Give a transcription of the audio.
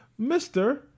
Mr